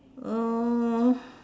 uh